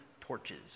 torches